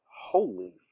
holy